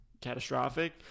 catastrophic